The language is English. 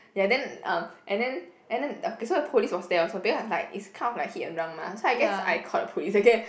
ya then um and then and then okay so the police was there also because I like it's kind of hit and run mah so I guess I called the police okay